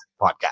Podcast